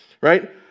Right